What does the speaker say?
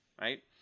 right